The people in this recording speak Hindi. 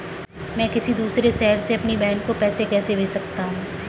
मैं किसी दूसरे शहर से अपनी बहन को पैसे कैसे भेज सकता हूँ?